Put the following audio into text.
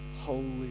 holy